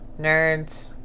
Nerds